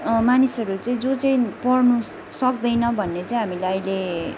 मानिसहरू चाहिँ जो चाहिँ पढ्नु सक्दैन भन्ने चाहिँ हामीलाई अहिले